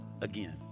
again